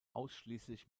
ausschließlich